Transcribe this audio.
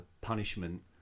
punishment